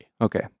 Okay